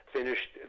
finished